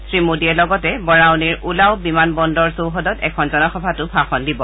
শ্ৰী মোডীয়ে লগতে বাৰাউনীৰ উলাৱ বিমান বন্দৰ চৌহদত এখন জনসভাতো ভাষণ দিব